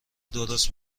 درست